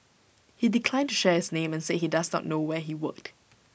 he declined to share his name and said he does not know where he worked